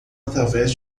através